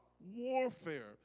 warfare